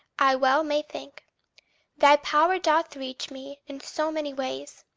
i well may think thy power doth reach me in so many ways.